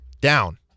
Down